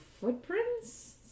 footprints